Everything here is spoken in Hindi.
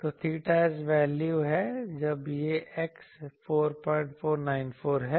तो 𝚹s वैल्यू है जब यह x 4494 है